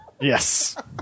Yes